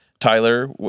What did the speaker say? Tyler